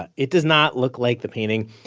it does not look like the painting.